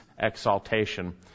Exaltation